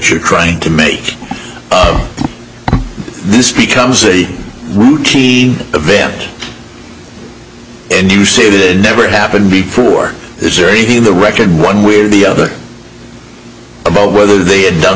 you're trying to make this becomes a routine event and you see happened before is there anything in the record one way or the other about whether they had done